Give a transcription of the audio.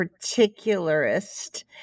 particularist